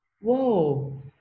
whoa